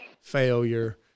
failure